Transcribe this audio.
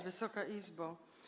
Wysoka Izbo!